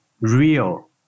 real